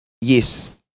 yes